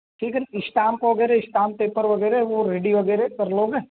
ठीक है स्टाम्प वगैरह स्टाम्प पेपर वगैरह वो रेडी वगैरह कर लूँ मैं